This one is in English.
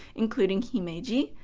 including himeji,